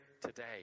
today